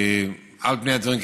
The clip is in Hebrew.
על פני הדברים,